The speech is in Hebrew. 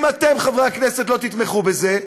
אם אתם, חברי הכנסת, לא תתמכו בזה,